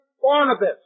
Barnabas